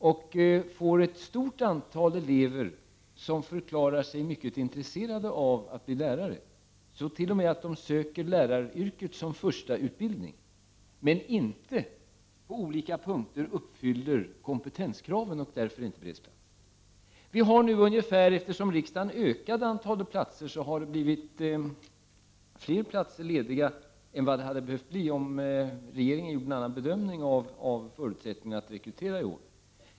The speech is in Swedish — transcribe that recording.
Det finns ett stort antal individer som förklarar sig mycket intresserade av att bli lärare och till och med söker lärarutbildningen i första hand, men som på olika punkter inte uppfyller kompetenskraven och därför inte bereds plats. Eftersom riksdagen har ökat antalet platser, har det blivit fler platser lediga än det hade behövt bli om regeringen hade gjort en annan bedömning av förutsättningarna att rekrytera i år.